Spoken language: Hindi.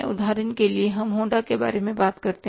उदाहरण के लिए हम होंडा के बारे में बात करते हैं